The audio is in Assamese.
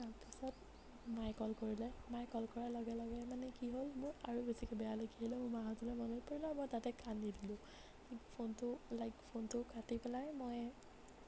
তাৰপিছত মায়ে কল কৰিলে মায়ে কল কৰাৰ লগে লগে মানে কি হ'ল মোৰ আৰু বেছিকে বেয়া লাগি আহিলে মোৰ মাহঁতলৈ মনত পৰিলে আৰু মই তাতে কান্দি দিলোঁ ফ'নটো লাইক ফ'নটো কাটি পেলাই মই